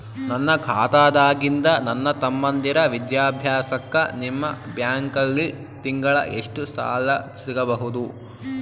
ನನ್ನ ಖಾತಾದಾಗಿಂದ ನನ್ನ ತಮ್ಮಂದಿರ ವಿದ್ಯಾಭ್ಯಾಸಕ್ಕ ನಿಮ್ಮ ಬ್ಯಾಂಕಲ್ಲಿ ತಿಂಗಳ ಎಷ್ಟು ಸಾಲ ಸಿಗಬಹುದು?